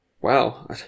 wow